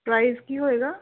price ਕੀ ਹੋਵੇਗਾ